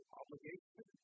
obligation